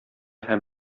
һәм